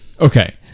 Okay